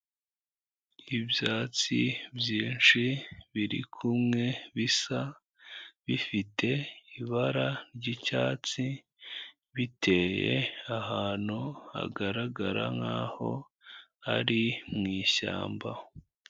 Ibyatsi byinshi biri kumwe bisa, bifite ibara ry'icyatsi biteye ahantu hagaragara nkaho ari mu ishyamba.